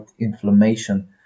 inflammation